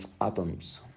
atoms